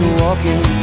walking